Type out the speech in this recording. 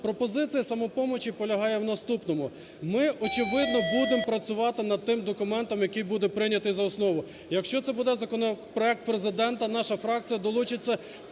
пропозиція "Самопомочі" полягає в наступному. Ми очевидно будем працювати над тим документом, який буде прийнятий за основу. Якщо це буде законопроект Президента, наша фракція долучиться